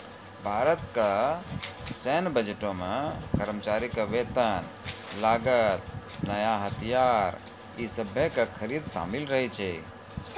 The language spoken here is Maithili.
भारतो के सैन्य बजटो मे कर्मचारी के वेतन, लागत, नया हथियार इ सभे के खरीद शामिल रहै छै